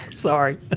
Sorry